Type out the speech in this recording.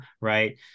right